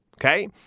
Okay